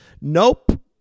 Nope